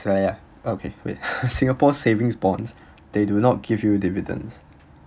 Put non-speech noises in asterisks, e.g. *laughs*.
!aiya! okay wait *laughs* singapore savings bonds they do not give you dividends